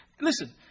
Listen